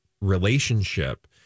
relationship